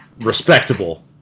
respectable